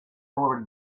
already